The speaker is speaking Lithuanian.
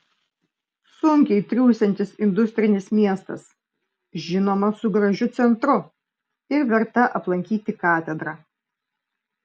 sunkiai triūsiantis industrinis miestas žinoma su gražiu centru ir verta aplankyti katedra